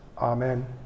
Amen